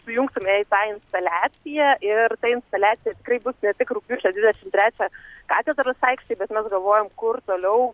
sujungtume į tą instaliaciją ir ta instaliacija tikrai bus ne tik rugpjūčio dvidešim trečią katedros aikštėj bet mes galvojam kur toliau